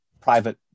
private